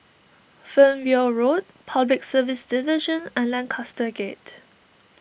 Fernvale Road Public Service Division and Lancaster Gate